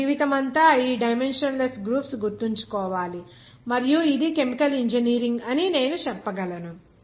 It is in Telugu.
మీ జీవితమంతా ఈ డైమెన్షన్ లెస్ గ్రూప్స్ గుర్తుంచుకోవాలి మరియు ఇది కెమికల్ ఇంజనీరింగ్ అని నేను చెప్పగలను